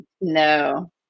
No